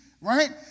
right